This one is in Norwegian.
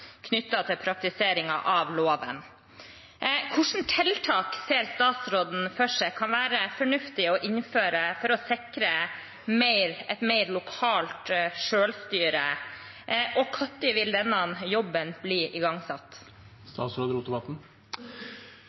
til praktiseringen av loven. Hvilke tiltak ser statsråden for seg det kan være fornuftig å innføre for å sikre mer lokalt selvstyre, og når vil denne jobben bli igangsatt?